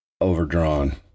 overdrawn